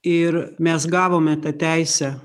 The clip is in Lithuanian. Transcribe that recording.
ir mes gavome tą teisę